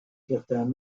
certain